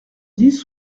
dix